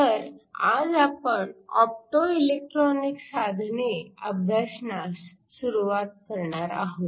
तर आज आपण ऑप्टो इलेक्ट्रॉनिक साधने अभ्यासण्यास सुरुवात करणार आहोत